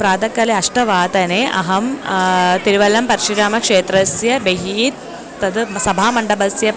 प्रातःकले अष्टवादने अहं तिरुवलं परशुरामक्षेत्रस्य बहिः तद् सभामण्डपस्य